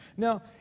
Now